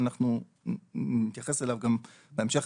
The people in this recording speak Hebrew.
ואנחנו נתייחס אליו גם בהמשך,